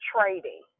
trading